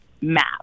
map